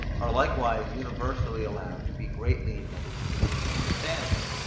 are likewise universally allowed to be greatly indebted to the human understanding.